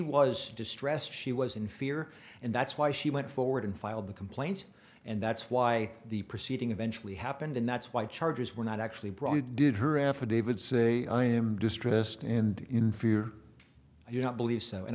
was distressed she was in fear and that's why she went forward and filed the complaint and that's why the proceeding eventually happened and that's why charges were not actually brought he did her affidavit say i am distressed and in fear i do not believe so and